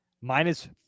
Minus